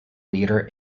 leader